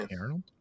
Arnold